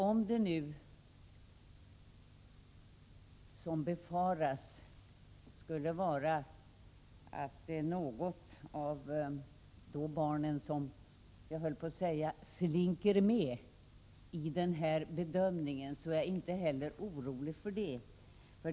Om det nu, som befaras, skulle vara något barn som slinker med, höll jag på att säga, i bedömningen, är jag inte heller orolig för det.